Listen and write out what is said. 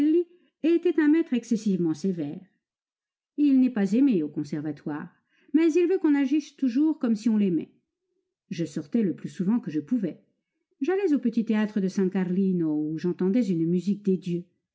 était un maître excessivement sévère il n'est pas aimé au conservatoire mais il veut qu'on agisse toujours comme si on l'aimait je sortais le plus souvent que je pouvais j'allais au petit théâtre de san carlino où j'entendais une musique des dieux